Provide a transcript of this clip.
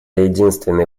единственный